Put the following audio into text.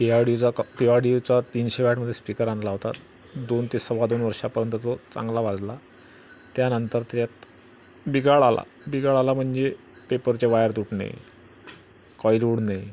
या ऑडिओचा त्या ऑडिओचा तीनशे वॅटमध्ये स्पिकर आणला होता दोन ते सव्वा दोन वर्षापर्यंत तो चांगला वाजला त्यानंतर त्यात बिघाड आला बिघाड आला म्हणजे पेपरचे वायर तुटणे कॉइल उडणे